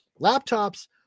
Laptops